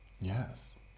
Yes